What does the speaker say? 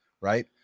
right